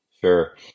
sure